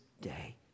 day